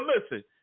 listen